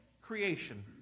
creation